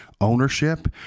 ownership